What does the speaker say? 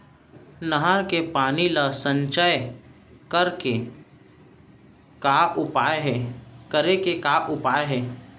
नहर के पानी ला संचय करे के का उपाय हे?